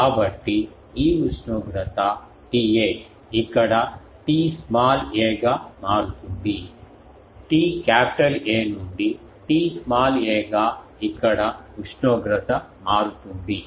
కాబట్టి ఈ ఉష్ణోగ్రత TA ఇక్కడ T స్మాల్ a గా మారుతుంది T కాపిటల్ A నుండి T స్మాల్ a గా ఇక్కడ ఉష్ణోగ్రత మారుతుంది